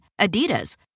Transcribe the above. Adidas